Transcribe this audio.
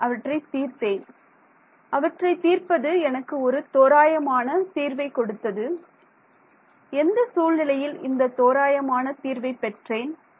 நான் அவற்றைத் தீர்த்தேன் அவற்றைத் தீர்ப்பது எனக்கு ஒரு தோராயமான தீர்வைக் கொடுத்தது எந்த சூழ்நிலையில் இந்த தோராயமான தீர்வைப் பெற்றேன்